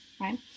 right